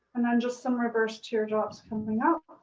and then just some reverse teardrops coming up.